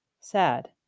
Sad